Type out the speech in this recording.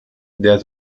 der